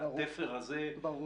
התפר הזה -- ברור.